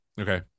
Okay